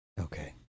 Okay